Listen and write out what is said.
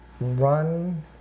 run